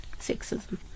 sexism